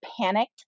panicked